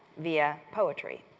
via poetry.